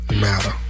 matter